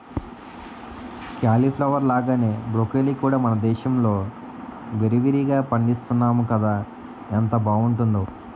cauliflower లాగానే broccoli కూడా మనదేశంలో విరివిరిగా పండిస్తున్నాము కదా ఎంత బావుంటుందో